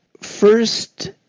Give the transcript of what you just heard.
first